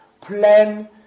plan